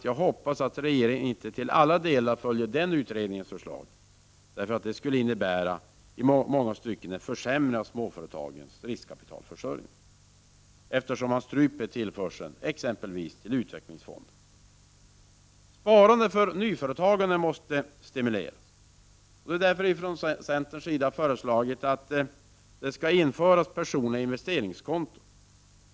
Jag hoppas att regeringen inte till alla delar följer den utredningens förslag. Det skulle i många stycken innebära en försämring av småföretagens riskkapitalförsörjning, eftersom tillförseln till exempelvis utvecklingsfond stryps. Sparande för nyföretagande måste stimuleras. Vi har därför från centerns sida föreslagit att personliga investeringskonton skall införas.